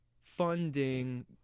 funding